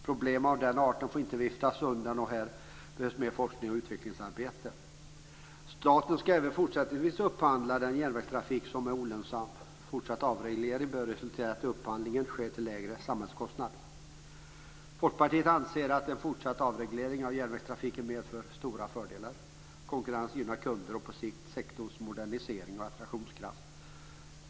Problem av den arten får inte viftas undan, och här behövs mer forskning och utvecklingsarbete. Staten ska även fortsättningsvis upphandla den järnvägstrafik som är olönsam. Fortsatt avreglering bör resultera i att upphandlingen sker till lägre samhällskostnad. Folkpartiet anser att en fortsatt avreglering av järnvägstrafiken medför stora fördelar. Konkurrens gynnar kunder och på sikt sektorns modernisering och attraktionskraft.